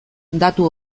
datu